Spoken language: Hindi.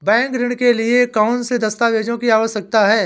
बैंक ऋण के लिए कौन से दस्तावेजों की आवश्यकता है?